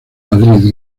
madrid